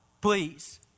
please